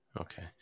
Okay